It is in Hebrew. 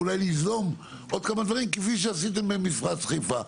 ואולי ליזום עוד כמה דברים כפי שעשיתם במפרץ חיפה.